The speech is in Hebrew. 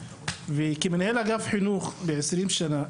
כמנהל אגף החינוך במשך 20 שנה,